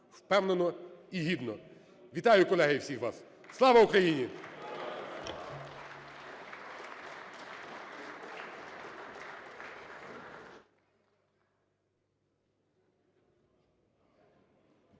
впевнено і гідно. Вітаю, колеги, всіх вас! Слава Україні!